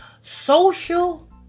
social